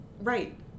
Right